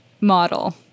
model